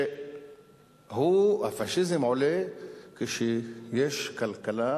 שהפאשיזם עולה כשיש כלכלה